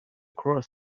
cross